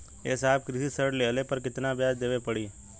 ए साहब कृषि ऋण लेहले पर कितना ब्याज देवे पणी?